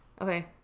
Okay